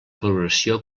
progressió